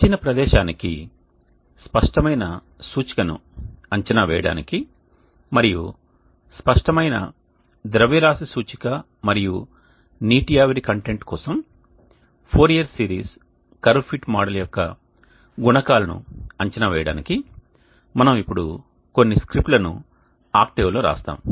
ఇచ్చిన ప్రదేశానికి స్పష్టమైన సూచికను అంచనా వేయడానికి మరియు స్పష్టమైన ద్రవ్యరాశి సూచిక మరియు నీటి ఆవిరి కంటెంట్ కోసం Fourier series curve fit model యొక్క గుణకాలను అంచనా వేయడానికి మనము ఇప్పుడు కొన్ని స్క్రిప్ట్లను ఆక్టేవ్లో వ్రాస్తాము